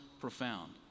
profound